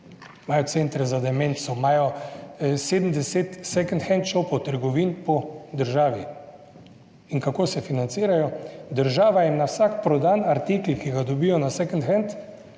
imajo centre za demenco, imajo 70 "second hand shop" trgovin po državi. In kako se financirajo? Država jim na vsak prodan artikel, ki ga dobijo na "second hand"